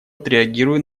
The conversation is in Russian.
отреагирую